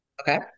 Okay